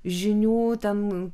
žinių ten